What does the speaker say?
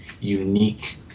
unique